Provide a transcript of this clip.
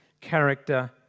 character